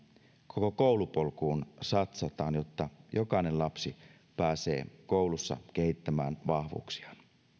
koko koulupolkuun satsataan jotta jokainen lapsi pääsee koulussa kehittämään vahvuuksiaan